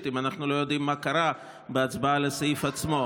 אם אנחנו לא יודעים מה קרה בהצבעה על הסעיף עצמו.